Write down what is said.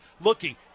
Looking